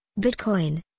Bitcoin